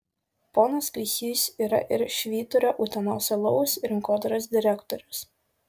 ponas kuisys yra ir švyturio utenos alaus rinkodaros direktorius